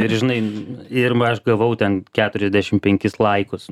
ir žinai ir aš gavau ten keturiasdešim penkis laikus